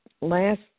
last